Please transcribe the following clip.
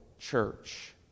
church